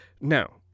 Now